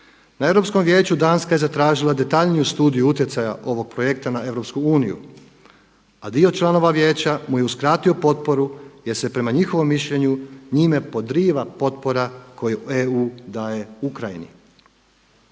Na Europskom vijeću Danska je zatražila detaljniju studiju utjecaja ovog projekta na EU, a dio članova Vijeća mu je uskratio potporu jer se prema njihovom mišljenju njime podriva potpora koju EU daje Ukrajini.